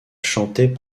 chantés